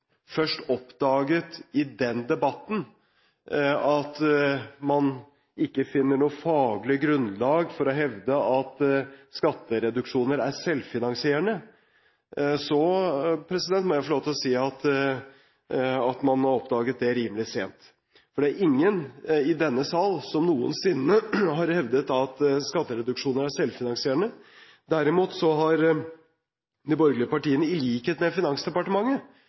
først i den debatten oppdaget at man ikke finner noe faglig grunnlag for å hevde at skattereduksjoner er selvfinansierende, må jeg få lov til å si at man har oppdaget det rimelig sent. Det er ingen i denne sal som noensinne har hevdet at skattereduksjoner er selvfinansierende. Derimot har de borgerlige partiene, i likhet med Finansdepartementet,